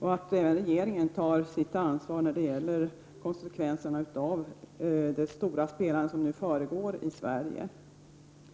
Jag hoppas också att regeringen tar sitt anvar när det gäller konsekvenserna av det stora spelande som nu förekommer i Sverige.